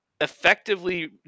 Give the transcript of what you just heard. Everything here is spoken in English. effectively